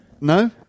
No